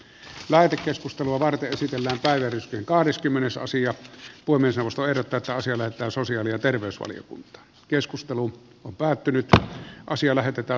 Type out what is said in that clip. laite keskustelua varten esitellä täydennys ja kahdeskymmenes asiat voi myös ostaa etukäteen sillä on sosiaali ja terveysvaliokunta keskustelu on päättynyt ja asia puhemies